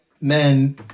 men